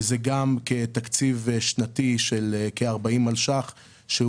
זה תקציב שנתי של כ-40 מיליון שקלים שהוא